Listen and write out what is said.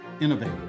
innovate